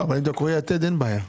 יתד אין בעיה...